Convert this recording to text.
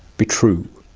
be true,